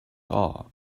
are